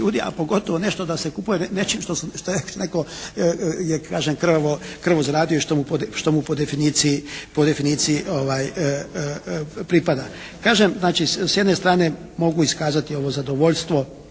ljudi, a pogotovo nešto da se kupuje nečim što je netko je kažem krvavo zaradio i što mu po definiciji pripada. Kažem znači s jedne strane mogu iskazati ovo zadovoljstvo